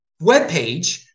webpage